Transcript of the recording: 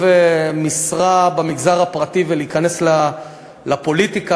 משרה במגזר הפרטי ולהיכנס לפוליטיקה.